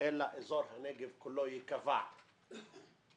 אלא אזור הנגב כולו ייקבע טריטוריאליות